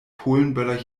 polenböller